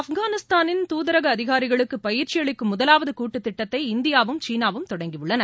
ஆப்கானிஸ்தானின் துதரக அதிகாரிகளுக்கு பயிற்சி அளிக்கும் முதலாவது கூட்டு திட்டத்தை இந்தியாவும் சீனாவும் தொடங்கியுள்ளன